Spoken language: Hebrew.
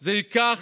זה ייקח,